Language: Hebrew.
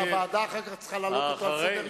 והוועדה אחר כך צריכה להעלות אותו על סדר-היום.